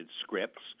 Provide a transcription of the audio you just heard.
scripts